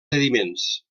sediments